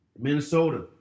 minnesota